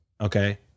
Okay